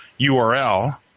URL